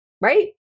Right